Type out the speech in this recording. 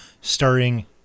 starring